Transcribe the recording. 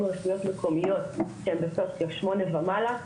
רשויות מקומיות שהן בסוציו שמונה ומעלה,